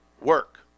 work